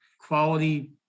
Quality